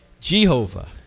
Jehovah